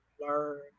learn